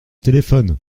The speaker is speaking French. téléphone